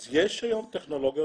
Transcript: אז יש היום טכנולוגיות